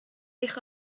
eich